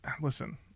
listen